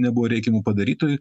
nebuvo reikiamų padarytų